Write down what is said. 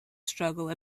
struggle